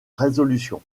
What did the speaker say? résolution